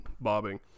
bobbing